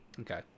okay